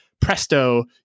Presto